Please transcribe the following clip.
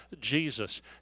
Jesus